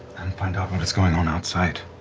find out and what is going on outside.